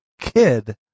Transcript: kid